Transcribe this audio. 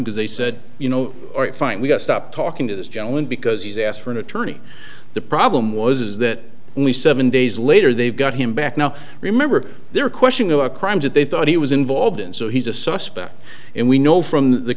because they said you know fine we got stop talking to this gentleman because he's asked for an attorney the problem was is that only seven days later they've got him back now remember there are question about crimes that they thought he was involved in so he's a suspect and we know from the